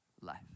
life